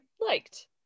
liked